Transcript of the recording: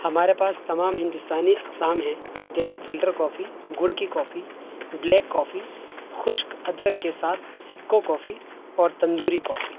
ہمارے پاس تمام ہندوستانی اقسام ہیں جیسے فلٹر کافی گڑ کی کافی بلیک کافی خشک ادرک کے ساتھ سکو کافی اور تندوری کافی